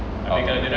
oh